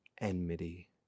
enmity